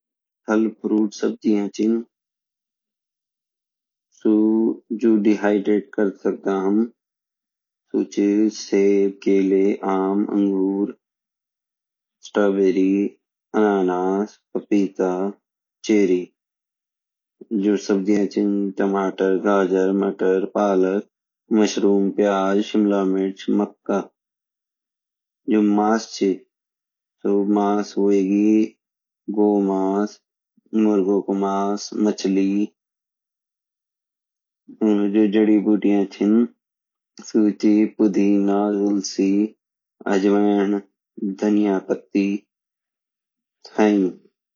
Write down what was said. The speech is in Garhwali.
फल फ्रूट सब्जिया छीन सु जो देहयद्राते करदा सूचि सेब केले अम्म अंगूर स्टोबेरी अनानास पपीता चेरी छीन टमाटर गाजर मटर पालक मशरूम प्याज शिमलामिर्च मक्का जो मास्स ची सु मास्स हुएगि गऊ मास्स मुर्गो को मास्स मछली और जो जड़ीबूटियां छीन सूचि पुदीना तुलसी अजवाइन धनिया पत्ती